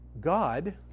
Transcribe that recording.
God